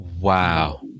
Wow